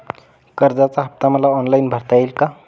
कर्जाचा हफ्ता मला ऑनलाईन भरता येईल का?